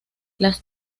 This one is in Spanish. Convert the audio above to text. las